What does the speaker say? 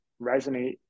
resonate